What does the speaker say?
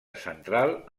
central